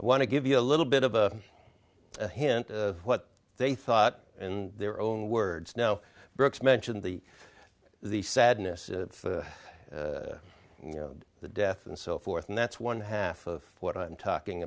want to give you a little bit of a hint of what they thought in their own words now brooks mentioned the the sadness you know the death and so forth and that's one half of what i'm talking